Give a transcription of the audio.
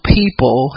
people